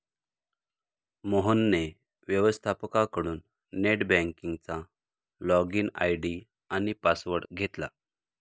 मोहनने व्यवस्थपकाकडून नेट बँकिंगचा लॉगइन आय.डी आणि पासवर्ड घेतला